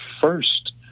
first